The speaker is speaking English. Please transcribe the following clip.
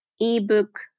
ebook